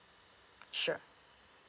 sure